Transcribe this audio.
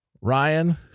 Ryan